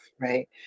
Right